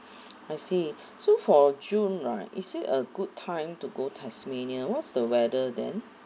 I see so for june right is it a good time to go tasmania what's the weather then